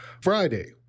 Friday